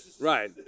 Right